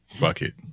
Bucket